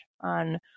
on